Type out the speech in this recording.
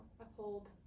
uphold